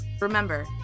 remember